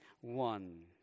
one